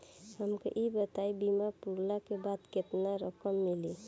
हमके ई बताईं बीमा पुरला के बाद केतना रकम मिली?